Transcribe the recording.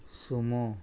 sumo